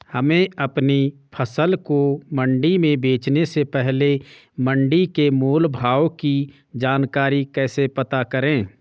हमें अपनी फसल को मंडी में बेचने से पहले मंडी के मोल भाव की जानकारी कैसे पता करें?